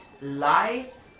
lies